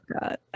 God